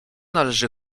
należy